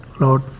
Lord